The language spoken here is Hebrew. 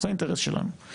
זה האינטרס שלנו.